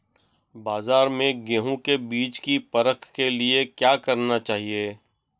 बाज़ार में गेहूँ के बीज की परख के लिए क्या करना चाहिए?